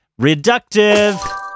Reductive